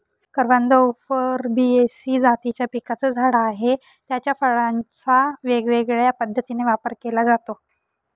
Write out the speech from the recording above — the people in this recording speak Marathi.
करवंद उफॉर्बियेसी जातीच्या पिकाचं झाड आहे, याच्या फळांचा वेगवेगळ्या पद्धतीने वापर केला जातो